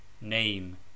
Name